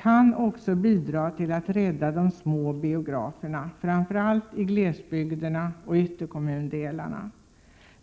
kan bidra till att rädda de små biograferna, framför allt i glesbygderna och ytterkommundelarna.